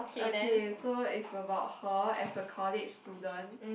okay so is about her as a college student